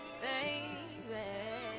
baby